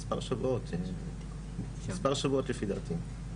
מספר שבועות לפי דעתי.